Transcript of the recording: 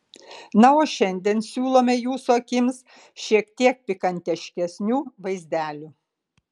na o šiandien siūlome jūsų akims šiek tiek pikantiškesnių vaizdelių